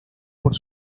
por